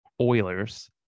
Oilers